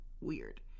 Weird